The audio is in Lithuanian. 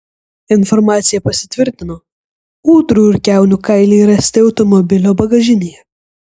informacija pasitvirtino ūdrų ir kiaunių kailiai rasti automobilio bagažinėje